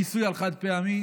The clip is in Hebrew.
מיסוי של חד-פעמי,